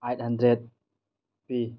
eight hundred P